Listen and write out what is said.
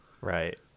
Right